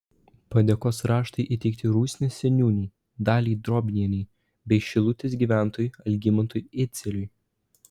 padėkos raštai įteikti rusnės seniūnei daliai drobnienei bei šilutės gyventojui algimantui idzeliui